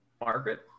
Margaret